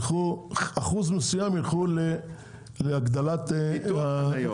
אחוז מסוים ילך לפיתוח חניות.